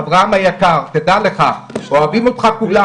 אברהם היקר, תדע לך, אוהבים אותך כולם.